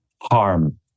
harm